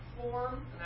form